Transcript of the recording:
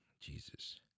Jesus